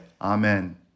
Amen